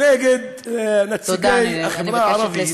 נגד נציגי החברה הערבית.